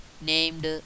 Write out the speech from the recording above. named